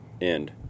end